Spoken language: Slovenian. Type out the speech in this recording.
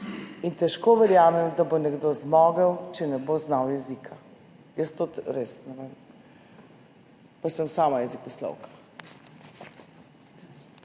Težko verjamem, da bo nekdo zmogel, če ne bo znal jezika. Jaz res ne vem, pa sem sama jezikoslovka.